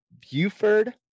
Buford